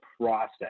process